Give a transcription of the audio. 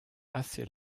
assez